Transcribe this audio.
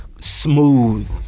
smooth